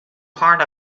part